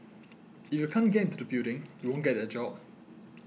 if you can't get into the building you won't get that job